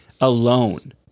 alone